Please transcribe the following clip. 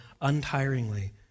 untiringly